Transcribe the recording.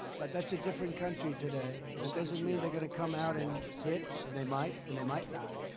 but that's a different country today. that doesn't mean they're going to come out and hit. and they might, and they might not.